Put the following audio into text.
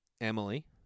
Emily